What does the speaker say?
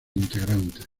integrantes